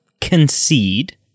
concede